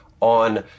on